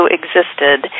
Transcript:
existed